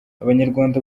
abanyarwanda